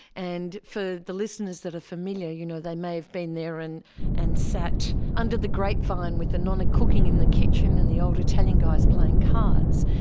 and for the listeners that are familiar, you know they may have been there and and sat under the grapevine with the nona cooking in the kitchen and the old italian guys playing cards.